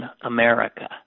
America